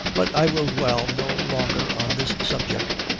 but i will dwell no longer on this subject.